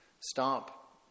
Stop